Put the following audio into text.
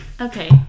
Okay